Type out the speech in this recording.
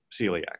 celiac